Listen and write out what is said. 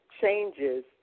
changes